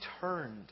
turned